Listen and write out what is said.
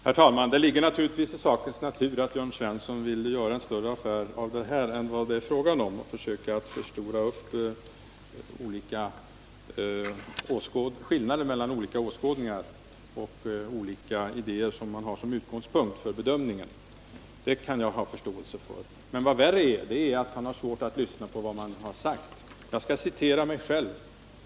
Herr talman! Det ligger naturligtvis i sakens natur att Jörn Svensson vill göra en större affär av det här än det är fråga om och vill förstora upp skillnader mellan olika åskådningar och idéer som man har som utgångspunkt för sin bedömning. Det kan jag ha förståelse för. Men vad värre är: han har svårt att lyssna på vad man säger. Jag skall därför citera mig själv.